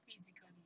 physically